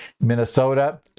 Minnesota